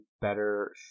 better